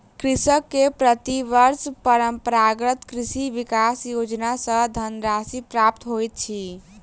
कृषक के प्रति वर्ष परंपरागत कृषि विकास योजना सॅ धनराशि प्राप्त होइत अछि